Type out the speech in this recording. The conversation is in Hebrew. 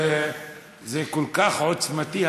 זה כל כך עוצמתי,